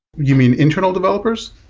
you mean internal developers?